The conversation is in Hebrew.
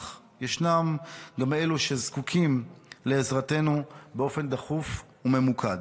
אך ישנם גם אלו שזקוקים לעזרתנו באופן דחוף וממוקד.